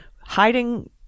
Hiding